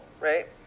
right